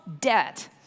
debt